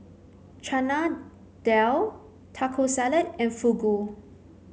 Chana Dal Taco Salad and Fugu